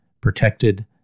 protected